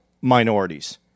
minorities